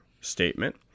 statement